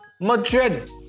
Madrid